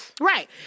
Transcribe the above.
Right